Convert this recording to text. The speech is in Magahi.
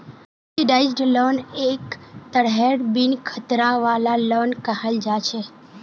सब्सिडाइज्ड लोन एक तरहेर बिन खतरा वाला लोन कहल जा छे